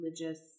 religious